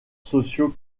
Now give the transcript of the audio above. socio